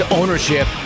ownership